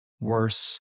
worse